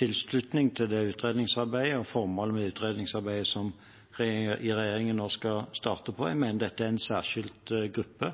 tilslutning til det utredningsarbeidet og formålet med utredningsarbeidet som regjeringen nå skal starte på. Jeg mener dette er en særskilt gruppe